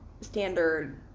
standard